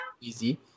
easy